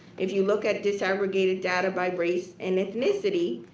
if you look at this aggregated data by race and ethnicity,